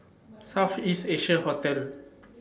South East Asia Hotel